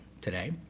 today